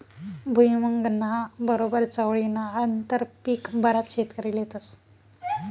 भुईमुंगना बरोबर चवळीनं आंतरपीक बराच शेतकरी लेतस